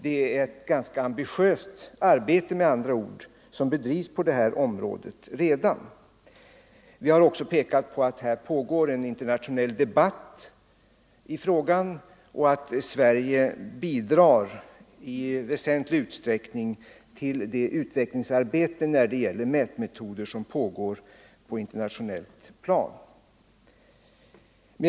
Det är med andra ord ett ambitiöst arbete som bedrivs på området redan. Vi har också pekat på att det pågår en internationell debatt i frågan och att Sverige i väsentlig utsträckning bidrar till det utvecklingsarbete som pågår på det internationella planet.